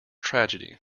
tragedy